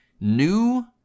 New